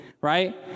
right